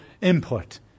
input